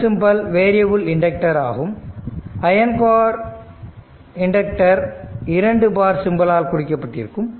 இந்த symbol variable inductor ஆகும் iron core inductor 2 bar சிம்பலால் குறிக்கப்பட்டிருக்கும்